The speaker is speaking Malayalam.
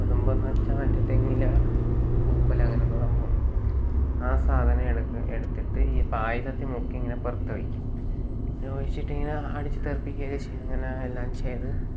കൊതുമ്പെന്ന് വച്ചാൽ മറ്റേ തെങ്ങിലെ പൂക്കുല അങ്ങനെയുള്ള സംഭവമാണ് ആ സാധനം എടുത്ത് എടുത്തിട്ട് ഈ പായസ്സത്തിൽ മുക്കിങ്ങനെ പുറത്ത് വെക്കും ഇങ്ങനെ ഒഴിച്ചിട്ടിങ്ങനെ അടിച്ച് തെറിപ്പിക്കുകയൊക്കെ ചെയ്യും ഇങ്ങനെ എല്ലാം ചെയ്ത്